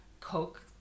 Coke